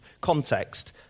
context